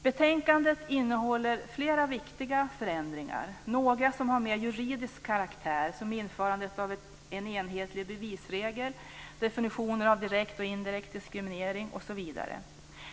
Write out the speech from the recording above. Betänkandet innehåller flera viktiga förändringar. Några har mer juridisk karaktär, som införandet av en enhetlig bevisregel, definitioner av direkt och indirekt diskriminering osv.